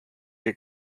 que